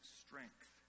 strength